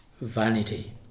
vanity